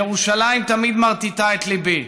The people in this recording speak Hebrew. ירושלים תמיד מרטיטה את ליבי.